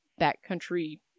backcountry